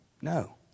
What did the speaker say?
No